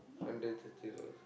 hundred thirty dollars